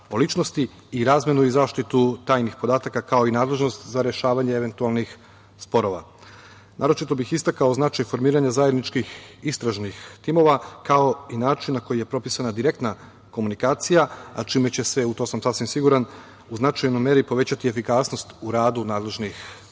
o ličnosti i razmenu i zaštitu tajnih podataka, kao i nadležnosti za rešavanje eventualnih sporova. Naročito bih istakao značaj formiranja zajedničkih istražnih timova, kao i način na koji je propisana direktna komunikacija, a čime će se, u to sam sasvim siguran, u značajnoj meri povećati efikasnost u radu nadležnih